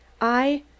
I